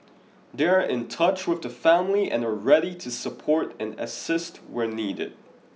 they are in touch with the family and are ready to support and assist where needed